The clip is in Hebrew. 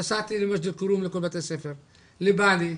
נסעתי למג'דל כרום, לכל בתי הספר, לבועיינה,